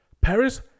Paris